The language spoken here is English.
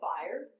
fire